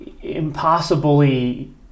impossibly